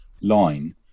line